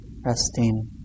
resting